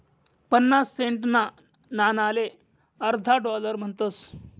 पन्नास सेंटना नाणाले अर्धा डालर म्हणतस